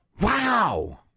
wow